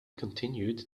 continued